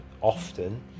often